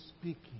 speaking